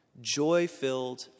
joy-filled